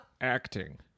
acting